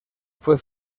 fue